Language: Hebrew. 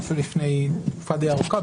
שנעשו לפני תקופה די ארוכה,